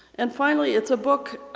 and finally it's a book,